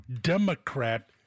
Democrat